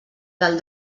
del